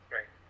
Right